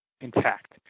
intact